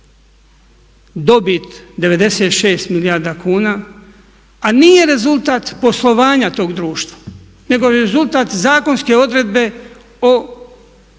dobit 96 milijardi kuna a nije rezultat poslovanja tog društva nego je rezultat zakonske odredbe o